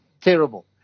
Terrible